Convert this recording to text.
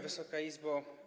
Wysoka Izbo!